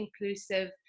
inclusive